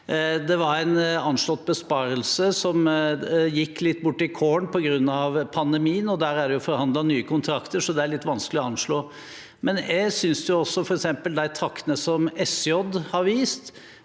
Det var en anslått besparelse som kokte litt bort i kålen på grunn av pandemien, og der er det forhandlet nye kontrakter, så det er litt vanskelig å anslå. Jeg synes også f.eks. de taktene som SJ har vist